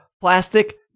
plastic